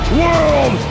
world